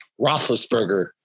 Roethlisberger